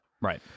Right